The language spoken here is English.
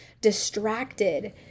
distracted